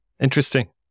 Interesting